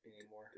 anymore